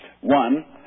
One